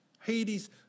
Hades